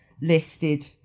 listed